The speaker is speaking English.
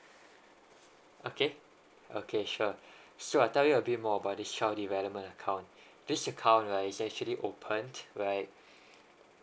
okay okay sure so I tell you a bit more about this child development account this account right is actually open right